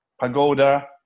pagoda